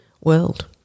world